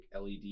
LED